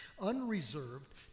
unreserved